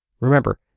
Remember